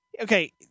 Okay